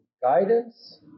guidance